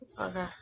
Okay